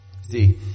See